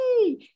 yay